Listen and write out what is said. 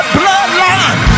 bloodline